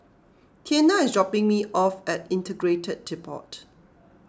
Tianna is dropping me off at Integrated Depot